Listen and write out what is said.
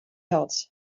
held